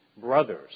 brothers